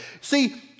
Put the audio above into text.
See